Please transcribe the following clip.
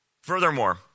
Furthermore